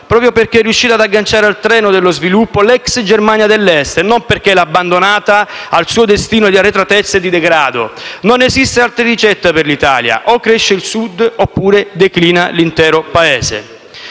proprio perché è riuscita ad agganciare al treno dello sviluppo l'ex Germania dell'Est, e non perché l'ha abbandonata al suo destino di arretratezza e di degrado. Non esiste altra ricetta per l'Italia: o cresce il Sud oppure declina l'intero Paese.